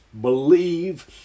Believe